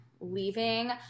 leaving